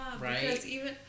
right